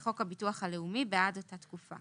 חוק הביטוח הלאומי בעד אותה תקופה.